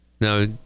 Now